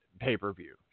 pay-per-view